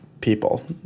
people